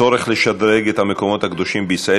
הצורך לשדרג את המקומות הקדושים בישראל